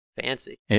Fancy